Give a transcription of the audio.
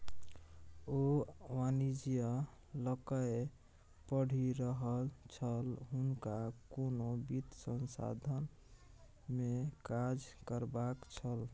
ओ वाणिज्य लकए पढ़ि रहल छल हुनका कोनो वित्त संस्थानमे काज करबाक छल